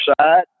side